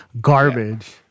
garbage